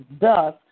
thus